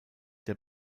der